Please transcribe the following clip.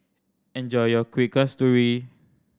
enjoy your Kuih Kasturi